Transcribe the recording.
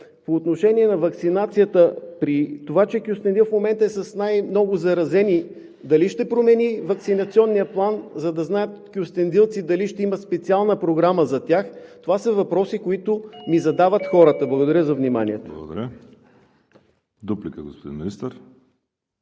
по отношение на ваксинацията – това, че Кюстендил в момента е с най-много заразени, дали ще промени ваксинационния план, за да знаят кюстендилци дали ще има специална програма за тях? Това са въпроси, които ми задават хората. Благодаря за вниманието. ПРЕДСЕДАТЕЛ ВАЛЕРИ СИМЕОНОВ: Благодаря. Дуплика – господин Министър.